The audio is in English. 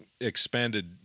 expanded